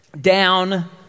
Down